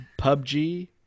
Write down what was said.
PUBG